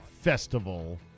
festival